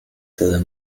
tyle